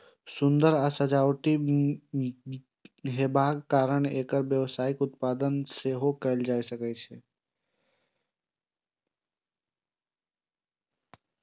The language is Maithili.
सुंदर आ सजावटी हेबाक कारणें एकर व्यावसायिक उत्पादन सेहो कैल जा सकै छै